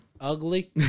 ugly